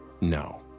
No